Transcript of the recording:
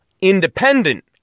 independent